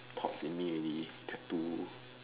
talk fin me only tattoo